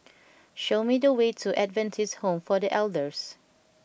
show me the way to Adventist Home for the Elders